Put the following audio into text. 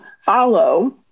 follow